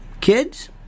kids